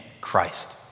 Christ